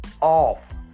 off